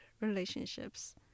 relationships